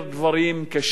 וקשים יותר,